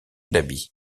d’habits